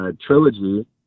trilogy